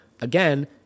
again